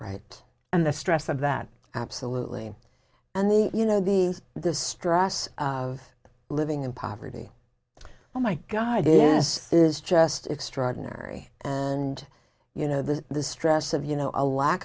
right and the stress of that absolutely and the you know the the stress of living in poverty oh my god this is just extraordinary and you know the the stress of you know a lack